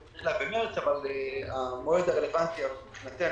היא החלה במרץ אבל המועד הרלוונטי מבחינתנו